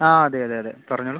ആ അതെ അതെ അതെ പറഞ്ഞോളൂ